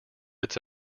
its